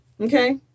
okay